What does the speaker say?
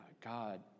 God